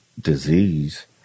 disease